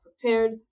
prepared